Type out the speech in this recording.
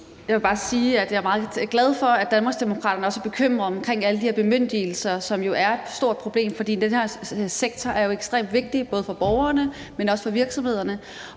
Jeg vil bare sige, at jeg er meget glad for, at Danmarksdemokraterne også er bekymrede for alle de her bemyndigelser, som jo er et stort problem, for den her sektor er jo ekstremt vigtig både for borgerne, men også for virksomhederne,